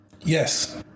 Yes